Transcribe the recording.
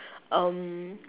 um